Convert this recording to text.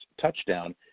touchdown